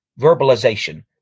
verbalization